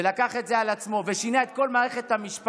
הוא לקח את זה על עצמו ושינה את כל מערכת המשפט